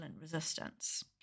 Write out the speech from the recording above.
resistance